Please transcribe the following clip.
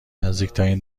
نزدیکترین